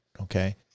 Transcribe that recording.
okay